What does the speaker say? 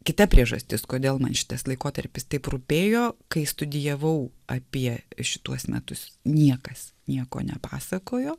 kita priežastis kodėl man šitas laikotarpis taip rūpėjo kai studijavau apie šituos metus niekas nieko nepasakojo